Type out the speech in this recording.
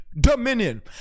dominion